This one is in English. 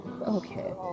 Okay